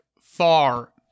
far